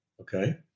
Okay